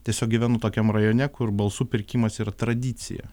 tiesiog gyvenu tokiam rajone kur balsų pirkimas yra tradicija